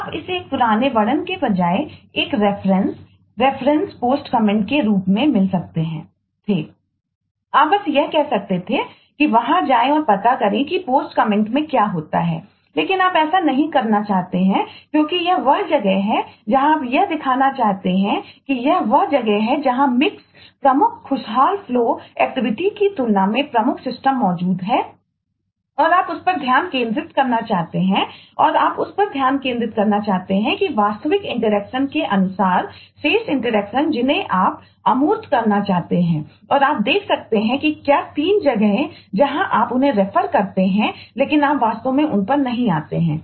आप इसे एक पुराने वर्णन के बजाय एक रेफरेंस करते हैं लेकिन आप वास्तव में उन पर नहीं आते हैं